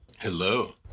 Hello